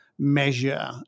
measure